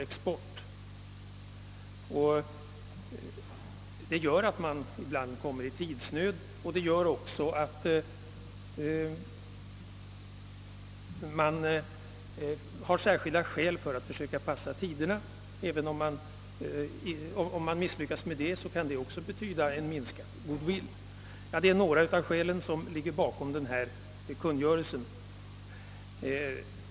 Denna strävan medför emellertid ibland att man kommer i tidsnöd och man har vid dessa besök särskilda skäl för att försöka passa tiderna. Misslyckas man med detta kan det betyda en minskad goodwill. Detta var några av de skäl som ligger bakom utfärdandet av kungörelsen.